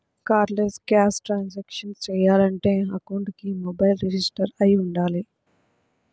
cardless cash transactions చెయ్యాలంటే అకౌంట్కి mobile register అయ్యి వుండాలి